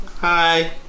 Hi